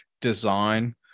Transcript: design